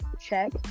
check